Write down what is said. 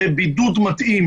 בבידוד מתאים.